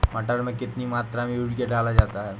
मटर में कितनी मात्रा में यूरिया डाला जाता है?